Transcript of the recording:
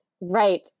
Right